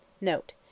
Note